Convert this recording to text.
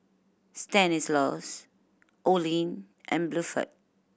Stanislaus Olene and Bluford